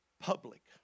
public